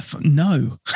No